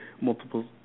multiple